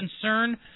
concern